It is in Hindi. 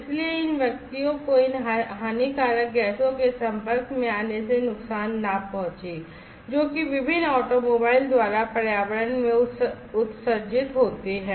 इसलिए इन व्यक्तियों को इन हानिकारक गैसों के संपर्क में आने से नुकसान न पहुंचे जो कि विभिन्न ऑटोमोबाइल द्वारा पर्यावरण में उत्सर्जित होते हैं